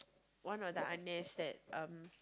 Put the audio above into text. one of the ah nehs that um